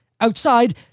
Outside